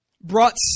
brought